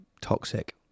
toxic